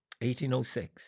1806